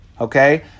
Okay